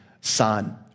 son